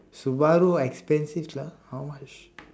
Subaru expensive sia how much